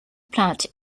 plant